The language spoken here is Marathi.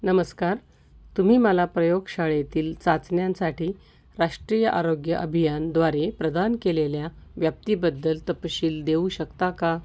नमस्कार तुम्ही मला प्रयोगशाळेतील चाचण्यांसाठी राष्ट्रीय आरोग्य अभियानाद्वारे प्रदान केलेल्या व्याप्तीबद्दल तपशील देऊ शकता का